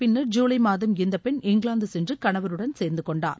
பின்னா ஜூலை மாதம் இந்த பெண் இங்கிலாந்து சென்று கணவருடன் சேர்ந்துகொண்டார்